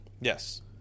Yes